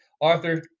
Arthur